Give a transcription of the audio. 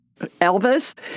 elvis